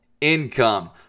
income